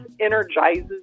energizes